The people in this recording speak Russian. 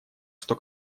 что